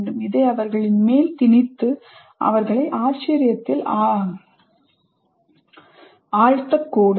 இதை அவர்களின் மேல் திணித்து அவர்களை ஆச்சரியத்தில் ஆழ்த்த கூடாது